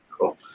Cool